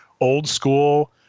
old-school